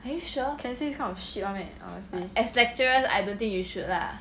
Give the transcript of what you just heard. can say this kind of shit [one] meh honestly